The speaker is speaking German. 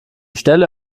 stelle